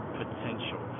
potential